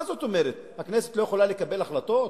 מה זאת אומרת, הכנסת לא יכולה לקבל החלטות?